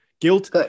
guilt